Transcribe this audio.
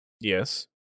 Yes